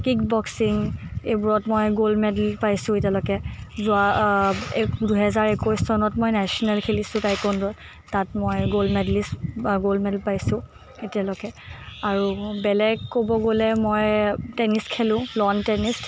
কিগ boxing এইবোৰত মই gold medal পাইছোঁ এতিয়ালৈকে যোৱা একৈ দুহেজাৰ একৈছ চনত মই নেচনেল খেলিছোঁ টাইকাণ্ডোৰ তাৰ মই গ'ল্ড লিষ্ট গ'ল্ড মেডেল পাইছোঁ এতিয়ালৈকে আৰু বেলেগ ক'ব গ'লে মই টেনিছ খেলোঁ ল'ন টেনিছ